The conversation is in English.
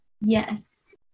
Yes